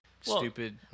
stupid